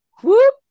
whoop